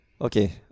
Okay